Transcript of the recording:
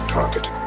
target